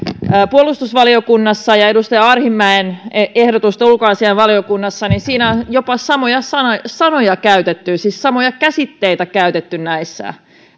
puolustusvaliokunnassa ja edustaja arhinmäen ehdotusta ulkoasiainvaliokunnassa niin niissä on jopa samoja sanoja sanoja käytetty siis samoja käsitteitä käytetty näissä